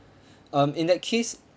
um in that case